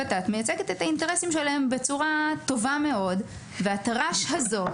ות"ת מייצגת את האינטרסים שלהם בצורה טובה מאוד והתר"ש הזו,